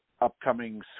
upcoming